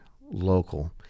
local